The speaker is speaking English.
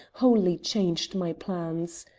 wholly changed my plans.